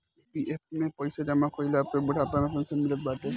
NPF में पईसा जमा कईला पे बुढ़ापा में पेंशन मिलत बाटे